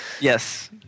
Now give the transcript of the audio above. Yes